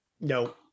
no